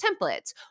templates